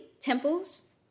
temples